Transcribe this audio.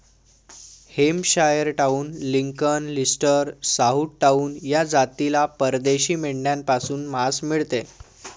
Hampshire town, Lincoln, Leicester, south town या जातीला परदेशी मेंढ्यांपासून मांस मिळते